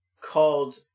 called